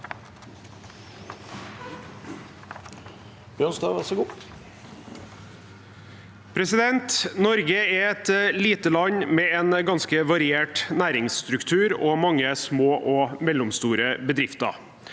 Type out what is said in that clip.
Norge er et lite land med en ganske variert næringsstruktur og mange små og mellomstore bedrifter.